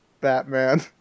Batman